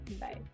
Bye